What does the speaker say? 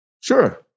Sure